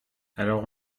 alors